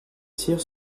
cyr